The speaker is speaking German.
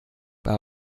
bei